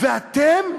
ואתם?